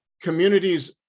communities